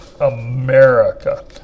America